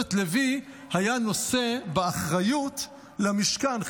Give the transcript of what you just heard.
שבט לוי היה נושא באחריות למשכן.